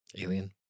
Alien